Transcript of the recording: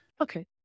Okay